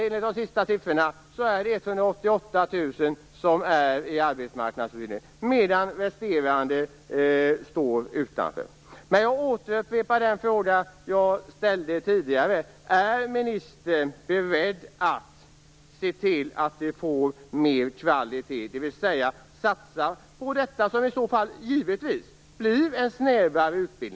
Enligt de senaste siffrorna går Jag vill återupprepa den fråga som jag ställde tidigare. Är ministern beredd att se till att det blir mer kvalitet, dvs. att satsa på det som givetvis blir en snävare utbildning?